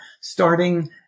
starting